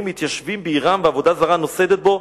מתיישבים בעירם ועבודה זרה נוסדת בה,